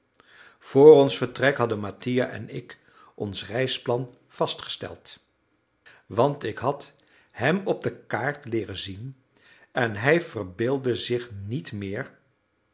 vr ons vertrek hadden mattia en ik ons reisplan vastgesteld want ik had hem op de kaart leeren zien en hij verbeeldde zich niet meer